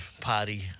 party